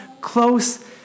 close